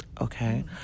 okay